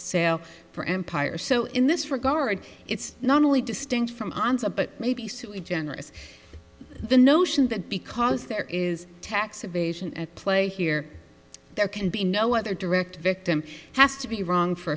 sale for empire so in this regard it's not only distinct from answer but maybe sui generous the notion that because there is tax evasion at play here there can be no other direct victim has to be wrong for